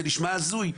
זה נשמע הזוי.